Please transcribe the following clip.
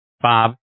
Bob